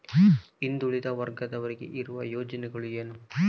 ಹಿಂದುಳಿದ ವರ್ಗದವರಿಗೆ ಇರುವ ಯೋಜನೆಗಳು ಏನು?